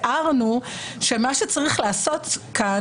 הערנו שמה שצריך לעשות כאן,